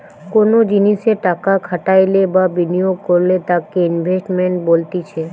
কোনো জিনিসে টাকা খাটাইলে বা বিনিয়োগ করলে তাকে ইনভেস্টমেন্ট বলতিছে